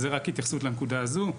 זה רק התייחסות לנקודה הזו.